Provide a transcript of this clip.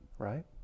right